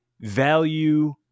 value